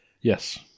Yes